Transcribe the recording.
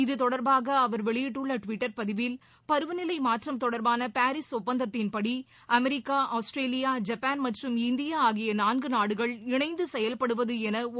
இது தொடர்பாக அவர் வெளியிட்டுள்ள டுவிட்டர் பதிவில் பருவநிலை மாற்றம் தொடர்பான பாரிஸ் ஒப்பந்தத்தின் படி அமெரிக்கா ஆஸ்திரேலியா ஜப்பான் மற்றும் இந்தியா ஆகிய நான்கு நாடுகள் இணைந்து செயல்படுவது என ஒப்புக்கொண்டுள்ளதாக குறிப்பிட்டார்